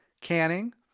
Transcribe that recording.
canning